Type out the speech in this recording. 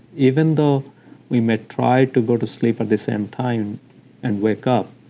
even though we may try to go to sleep ah the same time and wake up,